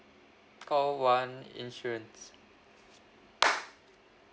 call one insurance